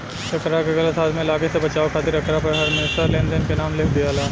एकरा के गलत हाथ में लागे से बचावे खातिर एकरा पर हरमेशा लेनदार के नाम लिख दियाला